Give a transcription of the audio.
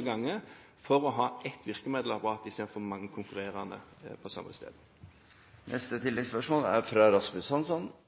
og gange, for å ha ett virkemiddelapparat i stedet for mange konkurrerende på det samme stedet. Rasmus Hansson – til oppfølgingsspørsmål. I debatten om store virkemidler og rammevilkår for transport er